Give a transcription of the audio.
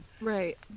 Right